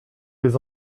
des